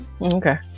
Okay